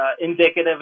indicative